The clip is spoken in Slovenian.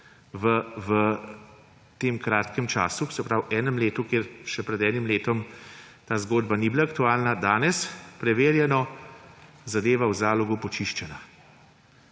v tem kratkem času, se pravi enem letu, ker še pred enim letom ta zgodba ni bila aktualna, danes je preverjeno zadeva v Zalogu počiščena.